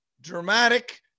dramatic